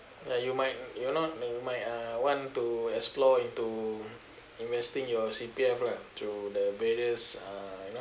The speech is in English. like you might you're not uh might uh want to explore into investing your C_P_F lah through the various uh you know